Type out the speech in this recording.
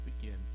begin